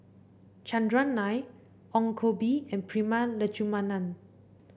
Chandran Nair Ong Koh Bee and Prema Letchumanan